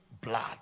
blood